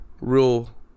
real